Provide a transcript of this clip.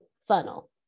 funnel